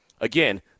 Again